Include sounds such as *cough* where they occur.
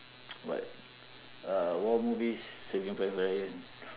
*noise* what uh war movies saving private ryan